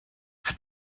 hat